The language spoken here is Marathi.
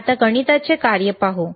आता गणिताचे कार्य पाहू